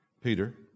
Peter